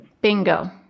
Bingo